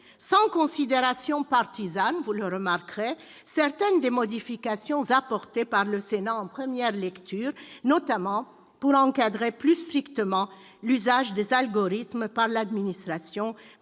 sans considération partisane- vous le remarquerez -, certaines des modifications apportées par le Sénat en première lecture, notamment pour encadrer plus strictement l'usage des algorithmes par l'administration pour